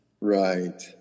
Right